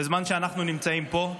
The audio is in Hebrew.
בזמן שאנחנו נמצאים פה,